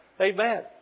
Amen